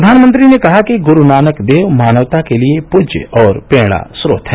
प्रधानमंत्री ने कहा कि गुरू नानक देव मानवता के लिए पूज्य और प्रेरणा स्रोत हैं